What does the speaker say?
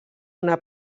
una